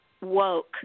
woke